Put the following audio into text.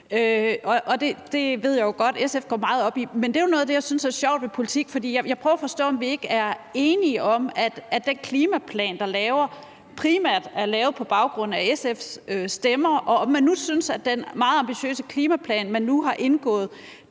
det er jo noget af det, jeg synes er sjovt ved politik, for jeg prøver at forstå, om vi ikke er enige om, at den klimaplan, der er lavet, primært er lavet på baggrund af SF's stemmer, og om man nu synes, at den meget ambitiøse klimaplan, man har indgået